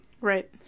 Right